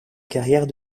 carrière